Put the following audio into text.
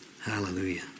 Hallelujah